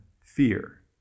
fear